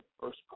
first